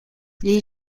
les